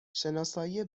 شناسایی